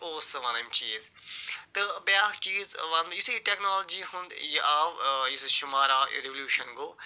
اوس سُہ وَنان یِم چیٖز تہٕ بیٚیہِ اکھ چیٖز ونہٕ بہٕ یُتھٕے یہِ ٹٮ۪کنالوجی ہُنٛد یہِ آو یُس یہِ شُمارٕ آو ریولوشن گوٚو